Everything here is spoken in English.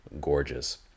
gorgeous